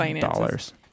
dollars